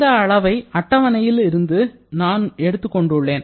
இந்த அளவை அட்டவணையில் இருந்து நான் எடுத்துக் கொண்டுள்ளேன்